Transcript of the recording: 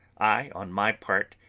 i, on my part,